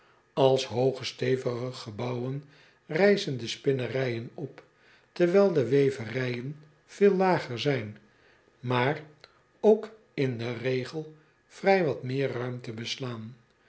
ls hooge stevige gebouwen rijzen de spinnerijen op terwijl de weverijen veel lager zijn maar ook in den regel vrij wat meer ruimte beslaan